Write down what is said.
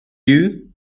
you